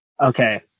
Okay